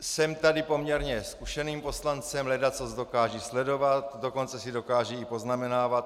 Jsem tady poměrně zkušeným poslancem, ledacos dokážu sledovat, dokonce si dokážu i poznamenávat.